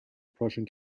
prussian